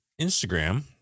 Instagram